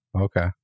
Okay